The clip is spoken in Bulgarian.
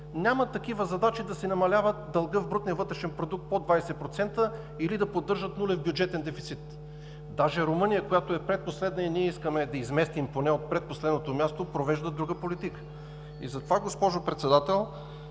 нямат такива задачи да си намаляват дълга в брутния вътрешен продукт под 20% или да поддържат нулев бюджетен дефицит. Даже Румъния, която е предпоследна и ние искаме да я изместим поне от предпоследното място, провежда друга политика. Затова, госпожо Председател,